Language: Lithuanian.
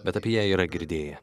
bet apie ją yra girdėję